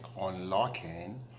Unlocking